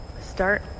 start